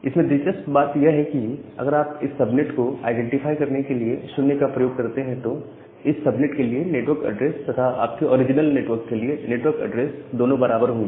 इसमें दिलचस्प बात यह है कि अगर आप इस सबनेट को आईडेंटिफाई करने के लिए 0 का प्रयोग करते हैं तो इस सब नेट के लिए नेटवर्क ऐड्रेस तथा आपके ओरिजिनल नेटवर्क के लिए नेटवर्क एड्रेस दोनों बराबर होंगे